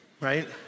right